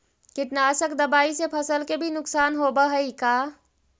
कीटनाशक दबाइ से फसल के भी नुकसान होब हई का?